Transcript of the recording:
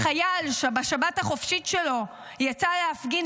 החייל שבשבת החופשית שלו יצא להפגין